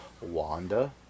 Wanda